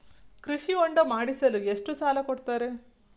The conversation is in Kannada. ಕೃಷಿ ಹೊಂಡ ಮಾಡಿಸಲು ಎಷ್ಟು ಸಾಲ ಕೊಡ್ತಾರೆ?